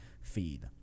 feed